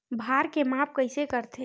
भार के माप कइसे करथे?